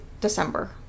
December